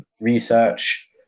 research